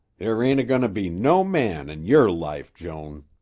there ain't a-goin' to be no man in yer life, joan.